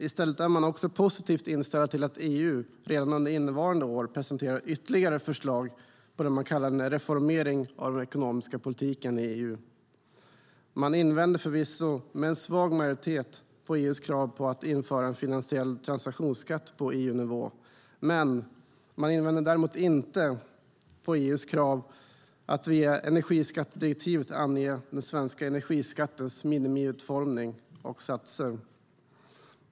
I stället är man också positivt inställd till att EU redan under innevarande år presenterar ytterligare förslag på det man kallar en reformering av den ekonomiska politiken i EU. Man invänder förvisso, med en svag majoritet, mot EU:s krav på att införa en finansiell transaktionsskatt på EU-nivå, men man invänder däremot inte mot EU:s krav att via energiskattedirektivet ange den svenska energiskattens minimiutformning och satser.